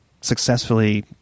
successfully